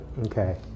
Okay